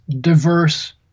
diverse